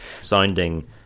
sounding